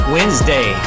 Wednesday